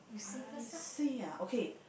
I see ah okay